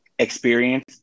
experience